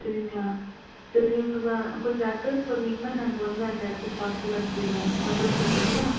சரிங்களா சரி உங்கள் கொஞ்சம் அட்ரஸ் சொன்னிங்கன்னால் நாங்கள் வந்து அந்த இடத்துக்கு பார்சல் அனுப்பிவிடுவோம் அட்ரஸ் சொல்கிறீங்ளா